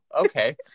okay